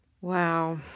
Wow